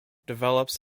develops